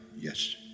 yes